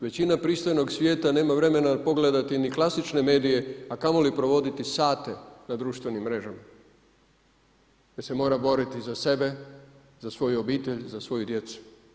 Većina pristojnog svijeta nema vremena pogledati ni klasične medije, a kamoli provoditi sate na društvenim mrežama jer se mora boriti za sebe, za svoju obitelj, za svoju djecu.